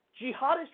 jihadist